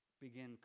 begin